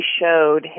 showed